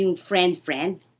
friend-friend